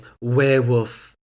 werewolf